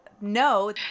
No